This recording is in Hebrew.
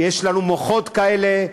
שיש לנו מוחות כאלה,